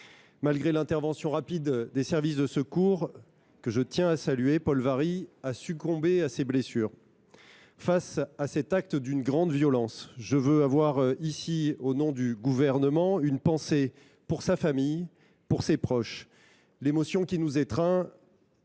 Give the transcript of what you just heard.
Malgré l’intervention rapide des services de secours, que je tiens à saluer, Paul Varry a succombé à ses blessures. Face à cet acte d’une grande violence, j’ai ici, au nom du Gouvernement, une pensée pour sa famille et pour ses proches. L’émotion qui nous étreint